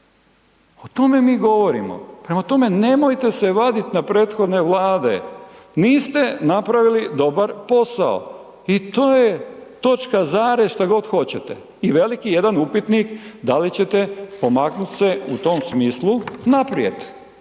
O tome mi govorimo. Prema tome, nemojte se vadit na prethodne Vlade. Niste napravili dobar posao i to je točka, zarez, šta god hoćete i veliki jedan upitnik da li ćete pomaknut se u tom smislu naprijed.